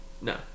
no